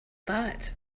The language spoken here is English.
that